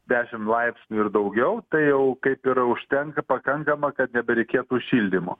dešim laipsnių ir daugiau tai jau kaip ir užtenka pakankama kad nebereikėtų šildymo